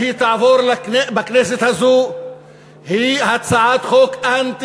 כלפייך, ולא, לא אמרתי "גזען".